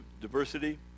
diversity